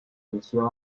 edición